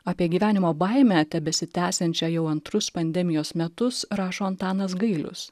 apie gyvenimo baimę tebesitęsiančią jau antrus pandemijos metus rašo antanas gailius